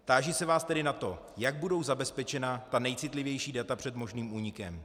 Táži se vás tedy na to, jak budou zabezpečena ta nejcitlivější data před možným únikem.